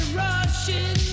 rushing